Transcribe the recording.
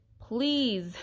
please